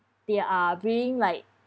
they are being like